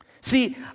See